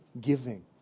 giving